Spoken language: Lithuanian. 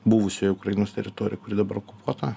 buvusioj ukrainos teritorijoj kuri dabar okupuota